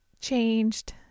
changed